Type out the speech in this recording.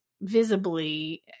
visibly